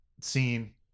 scene